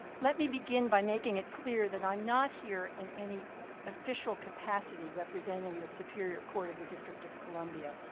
let me begin by making it clear that i'm not here in any official capacity representing the superior court of the district of columbia.